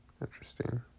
interesting